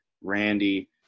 Randy